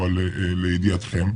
אבל לידיעתכם,